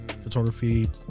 photography